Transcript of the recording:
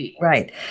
Right